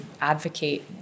advocate